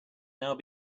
now